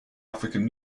african